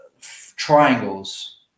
triangles